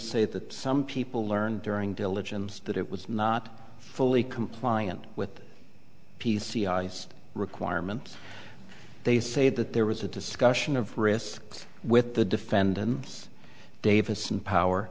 say that some people learned during diligence that it was not fully compliant with p c i requirements they say that there was a disk sion of risks with the defendant davis and power